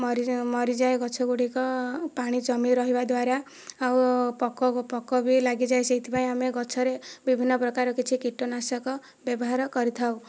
ମରିଯାଏ ମରିଯାଏ ଗଛ ଗୁଡ଼ିକ ପାଣି ଜମି ରହିବା ଦ୍ୱାରା ଆଉ ପୋକ ପୋକ ବି ଲାଗିଯାଏ ସେଇଥି ପାଇଁ ଆମେ ଗଛରେ ବିଭିନ୍ନ ପ୍ରକାର କିଛି କୀଟ ନାଶକ ବ୍ୟବହାର କରିଥାଉ